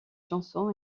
chanson